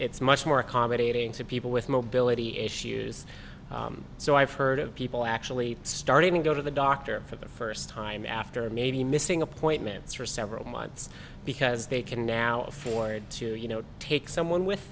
it's much more accommodating to people with mobility issues so i've heard of people actually starting to go to the doctor for the first time after maybe missing appointments for several months because they can now afford to you know take someone with